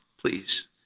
please